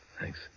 Thanks